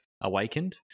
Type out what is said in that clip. awakened